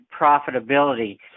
Profitability